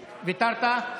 ויתרת?